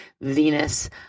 Venus